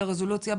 לרזולוציה,